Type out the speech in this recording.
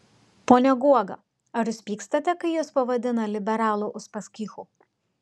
pone guoga ar jūs pykstate kai jus pavadina liberalų uspaskichu